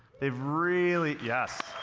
they've really, yes!